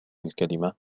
الكلمة